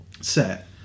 set